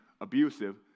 abusive